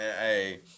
hey